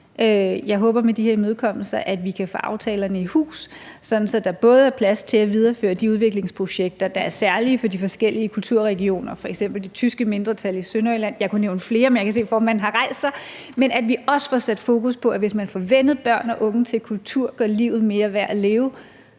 Jeg håber, at vi med de her imødekommelser kan få aftalerne i hus, sådan at der både er plads til at videreføre de udviklingsprojekter, der er særlige for de forskellige kulturregioner, f.eks. for det tyske mindretal i Sønderjylland – jeg kunne nævne flere, men jeg kan se, at formanden har rejst sig op – og at vi også får sat fokus på at få vænnet børn og unge til kultur. Det gør livet mere værd at leve,